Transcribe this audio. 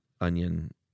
Onion